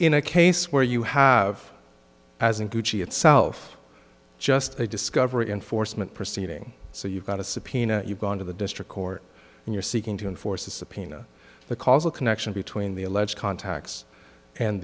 in a case where you have as in gucci itself just a discovery enforcement proceeding so you've got a subpoena you've gone to the district court and you're seeking to enforce a subpoena the causal connection between the alleged contacts and